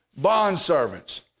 bondservants